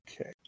okay